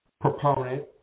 proponent